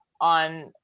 on